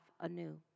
anew